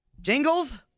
Jingles